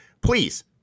Please